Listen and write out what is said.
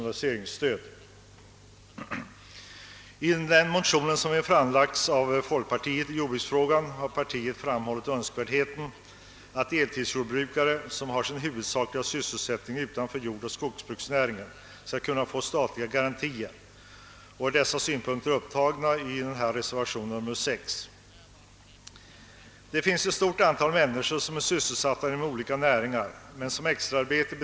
Denna reservation bygger bl.a. på den motion, som framlagts av folkpartiet i jordbruksfrågan och i vilken motion man framhållit önskvärdheten av att deltidsjordbrukare, som har sin huvudsakliga sysselsättning utanför jordoch skogsbruksnäringen, skall kunna få statliga kreditgarantier. inom olika näringar har jordbruksrörelse som extraarbete.